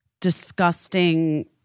disgusting